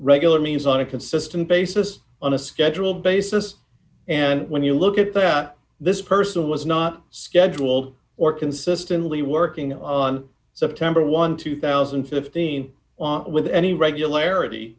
regular means on a consistent basis on a schedule basis and when you look at that this person was not scheduled or consistently working on september one two thousand and fifteen on with any regularity